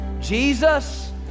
Jesus